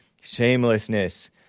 Shamelessness